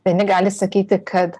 vieni gali sakyti kad